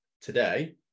Today